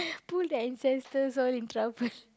pull the ancestors all in trouble